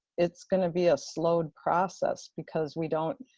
it's gonna be a slow process because we don't